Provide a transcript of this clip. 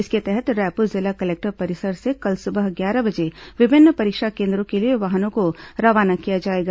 इसके तहत रायपुर जिला कलेक्टर परिसर से कल सुबह ग्यारह बजे विभिन्न परीक्षा केन्द्रों के लिए वाहनों को रवाना किया जाएगा